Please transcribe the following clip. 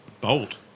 Bold